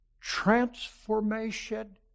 transformation